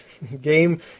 Game